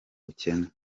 bukene